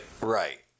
Right